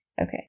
Okay